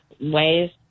ways